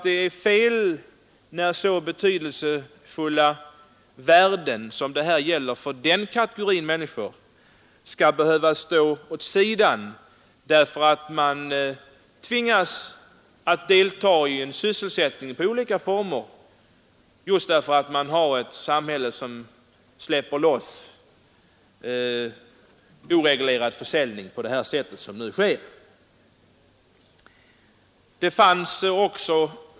Det är fel när så betydelsefulla värden som det här gäller för denna kategori människor skall behöva stå åt sidan därför att man tvingas delta i en sysselsättning i olika former genom att samhället släpper loss oreglerad försäljning på det sätt som nu sker.